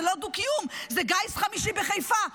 זה לא דו-קיום, זה גיס חמישי בחיפה.